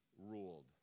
ruled